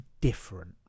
different